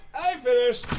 i've finished!